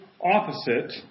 opposite